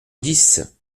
dix